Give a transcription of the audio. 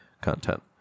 content